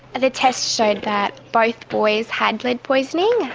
the tests showed that both boys had lead poisoning.